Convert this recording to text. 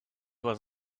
was